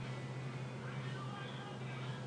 יש בדרך האגודה למלחמה